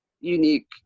unique